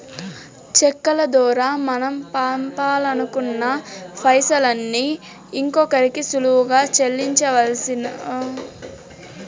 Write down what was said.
చెక్కుల దోరా మనం పంపాలనుకున్న పైసల్ని ఇంకోరికి సులువుగా సెల్లించమని బ్యాంకులని ఆదేశించొచ్చు